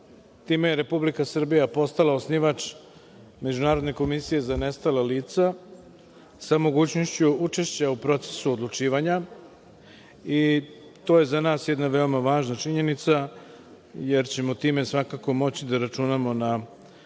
time je Republika Srbija postala osnivač Međunarodne komisije za nestala lica, sa mogućnošću učešća u procesu odlučivanja. To je za nas jedna veoma važna činjenica, jer ćemo time svakako moći da računamo na